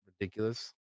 ridiculous